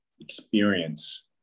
experience